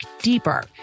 deeper